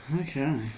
Okay